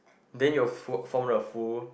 then you will fo~ form the full